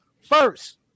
First